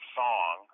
song